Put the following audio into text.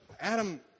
Adam